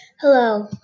Hello